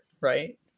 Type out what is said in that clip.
right